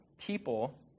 people